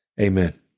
Amen